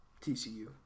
TCU